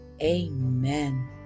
amen